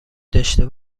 داشته